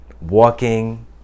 walking